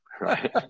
right